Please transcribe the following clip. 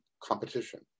competition